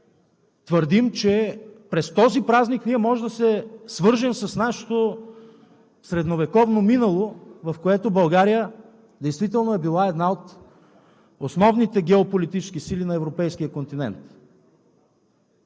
твърдим, че през този празник ние може да се свържем с нашето средновековно минало, в което България действително е била една от основните геополитически сили на европейския континент.